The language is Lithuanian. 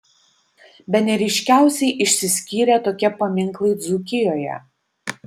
bene ryškiausiai išsiskyrė tokie paminklai dzūkijoje